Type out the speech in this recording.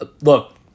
look